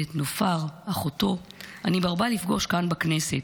ואת נופר, אחותו, אני מרבה לפגוש כאן בכנסת.